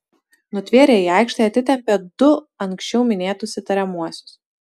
nutvėrę į aikštę atitempė du anksčiau minėtus įtariamuosius